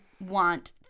want